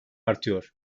artıyor